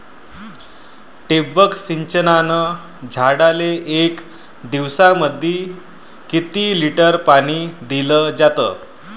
ठिबक सिंचनानं झाडाले एक दिवसामंदी किती लिटर पाणी दिलं जातं?